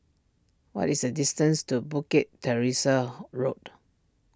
what is the distance to Bukit Teresa Road